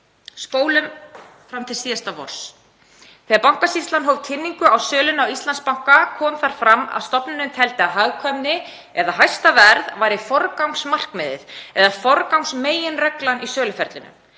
Spólum til síðasta vors. Þegar Bankasýslan hóf kynningu á sölunni á Íslandsbanka kom þar fram að stofnunin teldi að hagkvæmni eða hæsta verð væri forgangsmarkmiðið eða forgangsmeginreglan í söluferlinu.